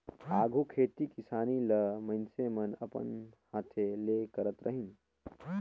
आघु खेती किसानी ल मइनसे मन अपन हांथे ले करत रहिन